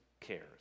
cares